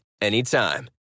anytime